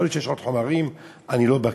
יכול להיות שיש עוד חומרים, אני לא בקי.